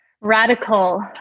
Radical